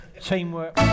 Teamwork